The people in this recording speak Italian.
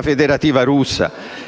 Federazione russa?